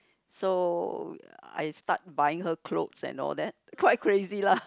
so I start buying her clothes and all that quite crazy lah